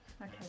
Okay